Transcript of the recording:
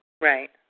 Right